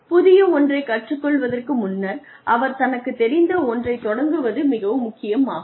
புதிய ஒன்றைக் கற்றுக் கொள்வதற்கு முன்னர் அவர் தனக்குத் தெரிந்த ஒன்றை தொடங்குவது மிகவும் முக்கியம் ஆகும்